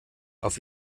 auf